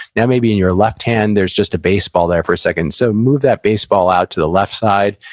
now, maybe in your left hand, there's just a baseball there for a second. so, move that baseball out to the left side.